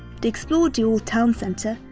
they explored the old town center,